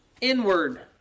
inward